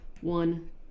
one